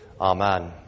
Amen